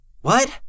What